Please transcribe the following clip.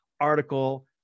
article